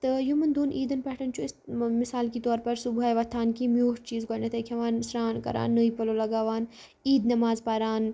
تہٕ یِمن دۄن عیٖدن پٮ۪ٹھ چھِ أسۍ مثال کے طور پر صُبحٲے وۄتھان کیٚنٛہہ میٛوٗٹھ چیٖز گۄڈٕٮ۪تھے کھیٚوان سرٛان کران نٔے پلوٚو لگاوان عیٖد نیٚماز پران